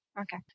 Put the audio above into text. Okay